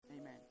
Amen